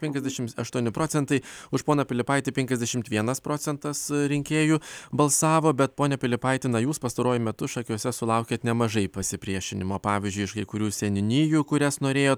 penkiasdešimt aštuoni procentai už poną pilipaitį penkiasdešimt vienas procentas rinkėjų balsavo bet pone pylipaiti na jūs pastaruoju metu šakiuose sulaukiate nemažai pasipriešinimo pavyzdžiui iš kai kurių seniūnijų kurias norėjot